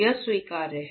यह स्वीकार्य है